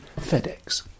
FedEx